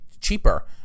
cheaper